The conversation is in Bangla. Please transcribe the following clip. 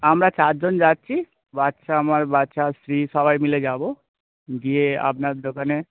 আমরা চার জন যাচ্ছি বাচ্চা আমার বাচ্চা স্ত্রী সবাই মিলে যাবো গিয়ে আপনার দোকানে